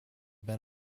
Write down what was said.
been